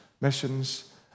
missions